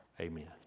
Amen